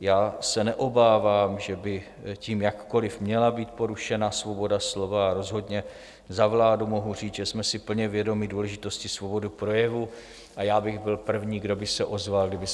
Já se neobávám, že by tím jakkoliv měla být porušena svoboda slova, a rozhodně za vládu mohu říct, že jsme si plně vědomi důležitosti svobody projevu, a já bych byl první, kdo by se ozval, kdyby